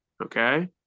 Okay